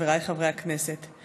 חבריי חברי הכנסת,